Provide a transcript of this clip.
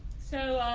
so,